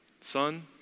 Son